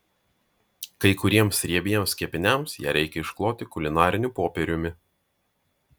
kai kuriems riebiems kepiniams ją reikia iškloti kulinariniu popieriumi